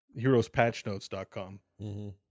heroespatchnotes.com